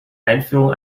einführung